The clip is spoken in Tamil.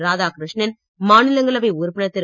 ராதாகிருஷ்ணன் மாநிலங்களவை உறுப்பினர் திரு